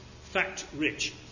fact-rich